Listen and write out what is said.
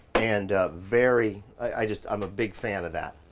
and very, i just, i'm a big fan of that.